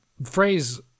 phrase